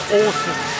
awesome